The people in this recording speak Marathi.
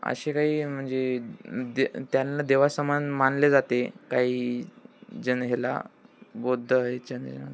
अशे काही म्हणजे दे त्यांना देवासमान मानले जाते काही जण ह्याला बौद्ध हे जण जण